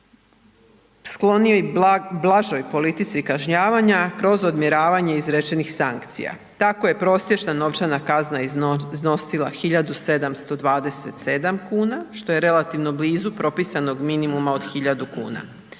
skloniji blažoj politici kažnjavanja kroz odmjeravanje izrečenih sankcija. Tako je prosječna novčana kazna iznosila 1.727 kuna što je relativno blizu propisanog minimuma od 1.000 kuna.